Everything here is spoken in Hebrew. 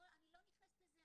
אני לא נכנסת לזה,